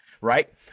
right